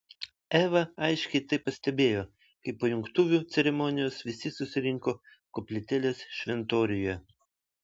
eva aiškiai tai pastebėjo kai po jungtuvių ceremonijos visi susirinko koplytėlės šventoriuje